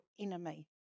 enemy